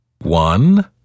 one